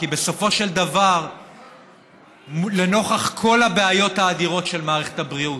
כי בסופו של דבר לנוכח כל הבעיות האדירות של מערכת הבריאות,